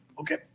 okay